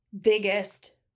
biggest